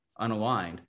unaligned